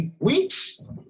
Weeks